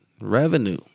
revenue